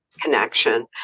connection